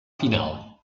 final